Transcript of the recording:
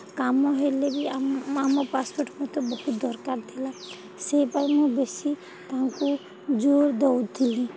କାମ ହେଲେ ବି ଆମ ଆମ ପାସ୍ପୋର୍ଟ୍ ମୋତେ ବହୁତ ଦରକାର ଥିଲା ସେଇପାଇଁ ମୁଁ ବେଶୀ ତାଙ୍କୁ ଜୋର ଦେଉଥିଲି